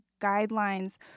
guidelines